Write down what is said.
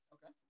Okay